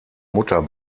mutter